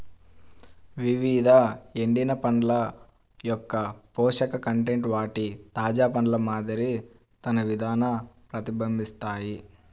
వివిధ ఎండిన పండ్ల యొక్కపోషక కంటెంట్ వాటి తాజా పండ్ల మాదిరి తన విధాన ప్రతిబింబిస్తాయి